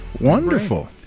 wonderful